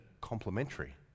complementary